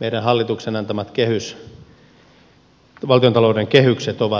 meidän hallituksen antamat valtiontalouden kehykset ovat vanhentuneet